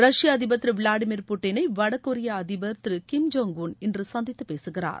ரஷ்ய அதிபர் திரு விளாடிமீர் புட்டினை வடகொரிய அதிபர் திரு கிம் ஜோங் உன் இன்று சந்தித்து பேசுகிறார்